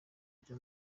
ajya